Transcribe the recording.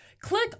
click